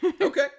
Okay